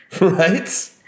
Right